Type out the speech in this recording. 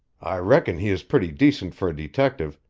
i reckon he is pretty decent for a detective,